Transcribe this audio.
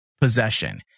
possession